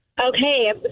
Okay